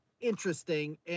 interesting